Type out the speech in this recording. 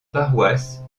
paroisse